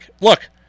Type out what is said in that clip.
look